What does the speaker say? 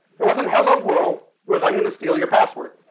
it wasn't hello world, it was i'm gonna steal your password.